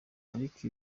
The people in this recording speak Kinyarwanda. ariko